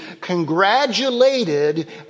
congratulated